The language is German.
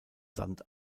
sand